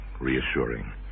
reassuring